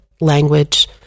language